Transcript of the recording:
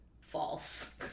False